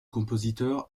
compositeur